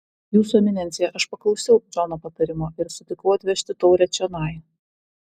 jūsų eminencija aš paklausiau džono patarimo ir sutikau atvežti taurę čionai